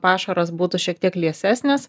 pašaras būtų šiek tiek liesesnis